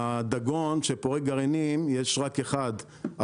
הדגון שפורק גרעינים יש רק אחד,